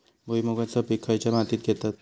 भुईमुगाचा पीक खयच्या मातीत घेतत?